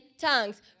tongues